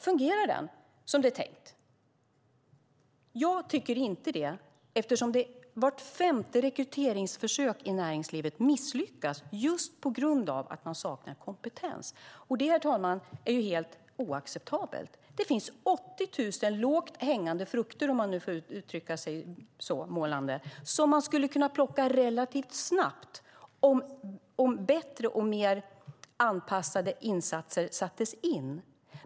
Fungerar den som det är tänkt? Jag tycker inte i det. Vart femte rekryteringsförsök i näringslivet misslyckas just på grund av att man saknar kompetens. Detta är helt oacceptabelt! Det finns 80 000 lågt hängande frukter, om man nu får uttrycka sig så målande, som man skulle kunna plocka relativt snabbt om bättre och mer anpassade insatser sattes in.